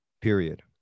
Period